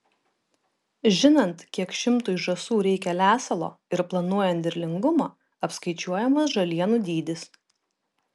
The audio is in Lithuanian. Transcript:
žinant kiek šimtui žąsų reikia lesalo ir planuojant derlingumą apskaičiuojamas žalienų dydis